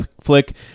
flick